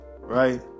right